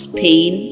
pain